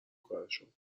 کارشون